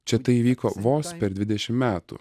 čia tai įvyko vos per dvidešim metų